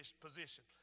position